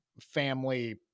family